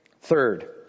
third